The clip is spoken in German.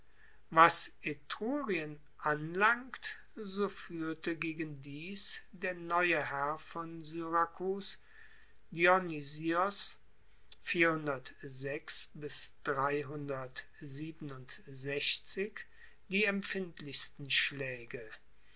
was etrurien anlangt so fuehrte gegen dies der neue herr von syrakus dionysios die empfindlichsten schlaege